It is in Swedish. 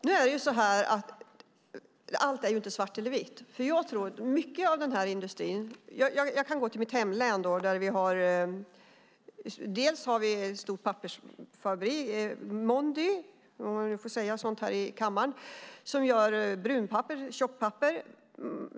Herr talman! Allt är inte svart eller vitt. Jag kan gå till mitt hemlän där vi har en stor pappersfabrik, Mondi, om man nu får säga det här i kammaren, som gör tjockpapper.